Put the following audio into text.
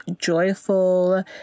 joyful